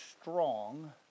strong